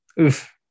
Oof